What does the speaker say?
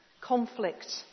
conflict